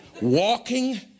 walking